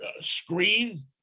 screen